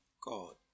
God